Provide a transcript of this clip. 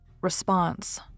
Response